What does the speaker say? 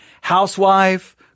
housewife